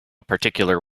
particular